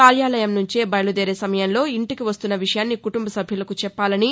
కార్యాలయం నుంచి బయలుదేరే సమయంలో ఇంటికి వస్తున్న విషయాన్ని కుటుంబ సభ్యులకు చెప్పాలని